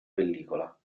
pellicola